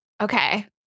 okay